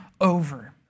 over